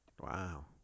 Wow